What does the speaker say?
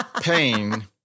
pain